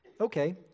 okay